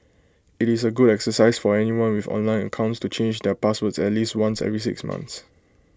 IT is A good exercise for anyone with online accounts to change their passwords at least once every six months